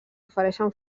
ofereixen